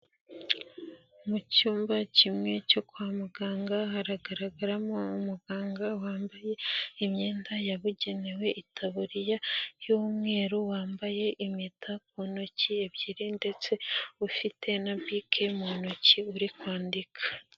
Mu cyumba kimwe cyo kwa muganga haragaragaramo umuganga wambaye imyenda yabugenewe itaburiya y'umweru, wambaye impeta ku ntoki ebyiri ndetse ufite na bike mu ntoki uri kwandika.